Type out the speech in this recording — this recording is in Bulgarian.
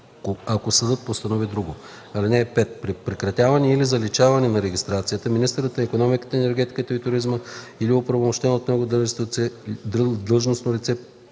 ако съдът постанови друго. (5) При прекратяване или заличаване на регистрацията министърът на икономиката, енергетиката и туризма или оправомощено от него длъжностно лице